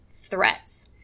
threats